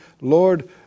Lord